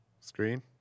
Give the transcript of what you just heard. Screen